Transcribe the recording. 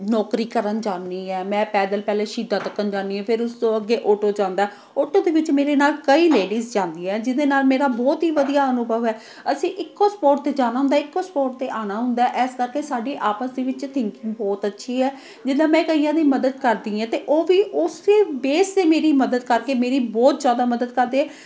ਨੌਕਰੀ ਕਰਨ ਜਾਂਦੀ ਐਂ ਮੈਂ ਪੈਦਲ ਪਹਿਲੇ ਸ਼ਹੀਦਾਂ ਤੱਕਣ ਜਾਂਦੀ ਹਾਂ ਫਿਰ ਉਸ ਤੋਂ ਅੱਗੇ ਓਟੋ ਜਾਂਦਾ ਓਟੋ ਦੇ ਵਿੱਚ ਮੇਰੇ ਨਾਲ ਕਈ ਲੇਡੀਜ਼ ਜਾਂਦੀਆਂ ਜਿਹਦੇ ਨਾਲ ਮੇਰਾ ਬਹੁਤ ਹੀ ਵਧੀਆ ਅਨੁਭਵ ਹੈ ਅਸੀਂ ਇੱਕੋ ਸਪੋਟ 'ਤੇ ਜਾਣਾ ਹੁੰਦਾ ਇੱਕੋ ਸਪੋਟ 'ਤੇ ਆਉਣਾ ਹੁੰਦਾ ਇਸ ਕਰਕੇ ਸਾਡੀ ਆਪਸ ਦੇ ਵਿੱਚ ਥੀਂਕਿੰਗ ਬਹੁਤ ਅੱਛੀ ਹੈ ਜਿੱਦਾਂ ਮੈਂ ਕਈਆਂ ਦੀ ਮਦਦ ਕਰਦੀ ਹਾਂ ਅਤੇ ਉਹ ਵੀ ਉਸੇ ਬੇਸ 'ਤੇ ਮੇਰੀ ਮਦਦ ਕਰਕੇ ਮੇਰੀ ਬਹੁਤ ਜ਼ਿਆਦਾ ਮਦਦ ਕਰਦੇ